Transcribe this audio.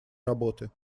работы